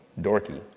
dorky